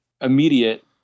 immediate